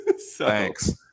thanks